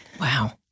Wow